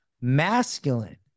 masculine